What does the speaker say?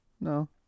No